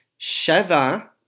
Sheva